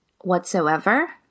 whatsoever